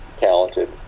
talented